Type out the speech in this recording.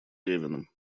левиным